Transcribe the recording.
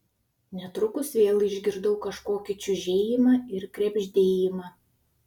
netrukus vėl išgirdau kažkokį čiužėjimą ir krebždėjimą